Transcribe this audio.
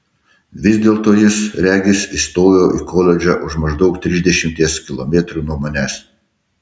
vis dėlto jis regis įstojo į koledžą už maždaug trisdešimties kilometrų nuo manęs